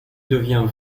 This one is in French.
devient